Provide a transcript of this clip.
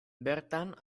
bertan